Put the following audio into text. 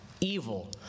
evil